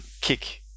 kick